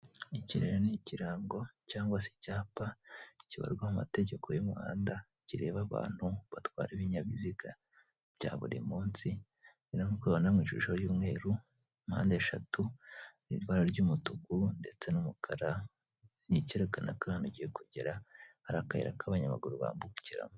Iki rero ni ikirango cyangwa se icyapa kibarwa mu mategeko y'umuhanda kireba abantu batwara ibinyabiziga bya buri munsi. Rero nkuko ubibona mu ishusho y'umweru mpande eshatu mu ibara ry'umutuku ndetse n'umukara ni icyerekana ko ahantu ugiye kugera hari akayira k'abanyamaguru bambukiramo.